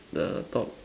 the top